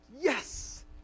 Yes